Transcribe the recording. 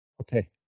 okay